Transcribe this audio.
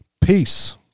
Peace